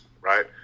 right